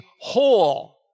whole